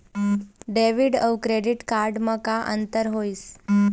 Debit अऊ credit card म का अंतर होइस?